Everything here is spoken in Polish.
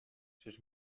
czyż